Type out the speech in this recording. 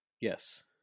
Yes